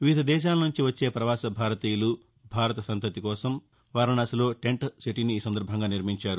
వివిధ దేశాల నుంచి వచ్చే పవాస భారతీయులు భారత సంతతి ప్రపజలకోసం వారణాసిలో టెంట్ సిటీని నిర్మించారు